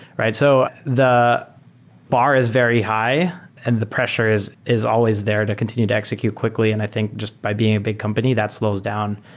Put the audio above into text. so the bar is very high and the pressure is is always there to continue to execute quickly, and i think just by being a big company that slows down.